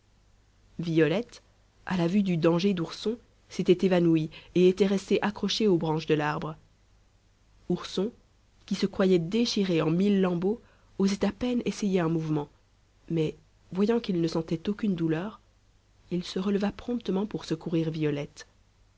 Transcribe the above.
violette à la vue du danger d'ourson s'était évanouie et était restée accrochée aux branches de l'arbre ourson qui se croyait déchiré en mille lambeaux osait à peine essayer un mouvement mais voyant qu'il ne sentait aucune douleur il se releva promptement pour secourir violette